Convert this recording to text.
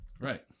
Right